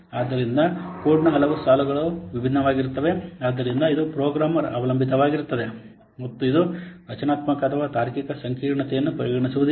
ಆದ್ದರಿಂದ ಕೋಡ್ನ ಹಲವು ಸಾಲುಗಳು ಭಿನ್ನವಾಗಿರುತ್ತವೆ ಆದ್ದರಿಂದ ಇದು ಪ್ರೋಗ್ರಾಮರ್ ಅವಲಂಬಿತವಾಗಿರುತ್ತದೆ ಮತ್ತು ಇದು ರಚನಾತ್ಮಕ ಅಥವಾ ತಾರ್ಕಿಕ ಸಂಕೀರ್ಣತೆಯನ್ನು ಪರಿಗಣಿಸುವುದಿಲ್ಲ